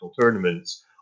tournaments